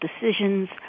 decisions